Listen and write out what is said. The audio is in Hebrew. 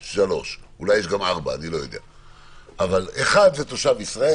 3. אולי גם 4. 1 זה תושב ישראל,